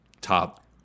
top